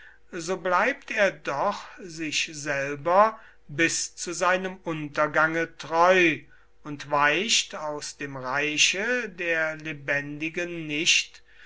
so bleibt er doch sich selber bis zu seinem untergange treu und weicht aus dem reiche der lebendigen nicht